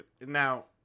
Now